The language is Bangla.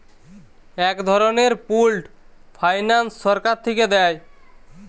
এক ধরনের পুল্ড ফাইন্যান্স সরকার থিকে দেয়